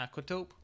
Aquatope